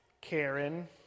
Karen